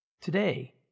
Today